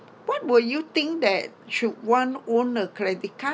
what will you think that should one own a credit card